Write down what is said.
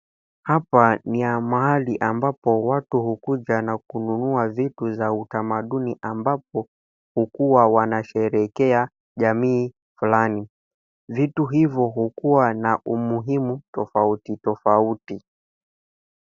Hapa ni ya mahali ambapo watu hukuja na kununua vitu za utamaduni ambapo hukuwa wanasherehekea jamii fulani. Vitu hivyo hukuwa na umuhimu tofauti tofauti.